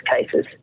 cases